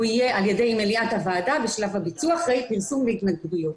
הוא יהיה על ידי מליאת הוועדה בשלב הביצוע אחרי פרסום והתנגדויות.